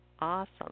Awesome